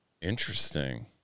interesting